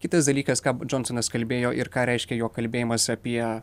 kitas dalykas ką džonsonas kalbėjo ir ką reiškia jo kalbėjimas apie